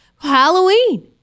Halloween